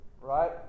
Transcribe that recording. right